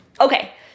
Okay